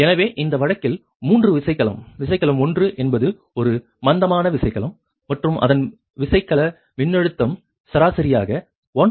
எனவே இந்த வழக்கில் மூன்று விசைக்கலம் விசைக்கலம் 1 என்பது ஒரு மந்தமான விசைக்கலம் மற்றும் அதன் விசைக்கல மின்னழுத்தம் சராசரியாக 1